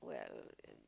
well and